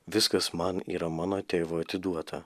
viskas man yra mano tėvo atiduota